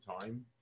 time